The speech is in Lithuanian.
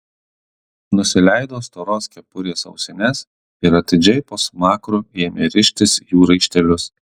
nusileido storos kepurės ausines ir atidžiai po smakru ėmė rištis jų raištelius